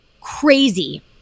Crazy